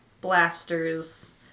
blasters